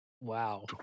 wow